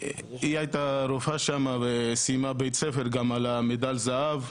היא הייתה רופאה שם וסיימה בית ספר גם עם מדליית זהב,